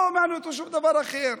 לא מעניין אותו שום דבר אחר.